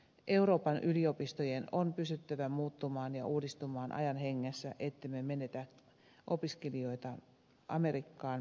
euroopan yliopistojen on pystyttävä muuttumaan ja uudistumaan ajan hengessä ettemme menetä opiskelijoita amerikkaan ja aasiaan